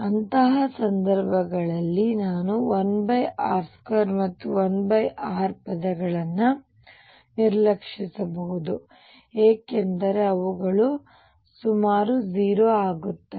ಅಂತಹ ಸಂದರ್ಭಗಳಲ್ಲಿ ನಾನು 1r2 ಮತ್ತು 1r ಪದಗಳನ್ನು ನಿರ್ಲಕ್ಷಿಸಬಹುದು ಏಕೆಂದರೆ ಅವುಗಳು ಸುಮಾರು 0 ಆಗುತ್ತವೆ